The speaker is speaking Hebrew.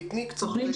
תני קצת רקע.